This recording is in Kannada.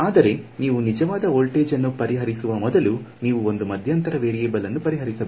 ಆದರೆ ನೀವು ನಿಜವಾದ ವೋಲ್ಟೇಜ್ ಅನ್ನು ಪರಿಹರಿಸುವ ಮೊದಲು ನೀವು ಒಂದು ಮಧ್ಯಂತರ ವೇರಿಯೇಬಲ್ ಅನ್ನು ಪರಿಹರಿಸಬೇಕು